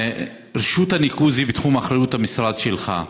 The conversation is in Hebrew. רשות הניקוז היא בתחום אחריות המשרד שלך,